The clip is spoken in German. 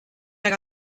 mehr